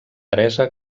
teresa